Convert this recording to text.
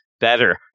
Better